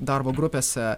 darbo grupėse